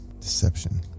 Deception